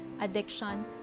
addiction